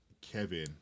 Kevin